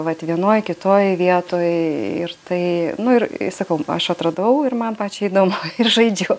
vat vienoj kitoj vietoj ir tai nu ir sakau aš atradau ir man pačiai įdomu ir žaidžiu